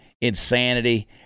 insanity